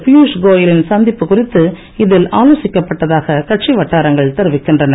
பியுஷ் கோயலின் சந்திப்பு குறித்து இதில் ஆலோசிக்கப்பட்டதாக கட்சி வட்டாரங்கள் தெரிவிக்கின்றன